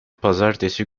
pazartesi